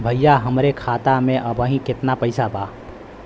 भईया हमरे खाता में अबहीं केतना पैसा बा?